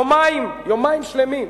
יומיים, יומיים שלמים.